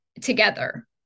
together